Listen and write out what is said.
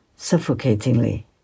Suffocatingly